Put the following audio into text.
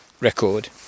record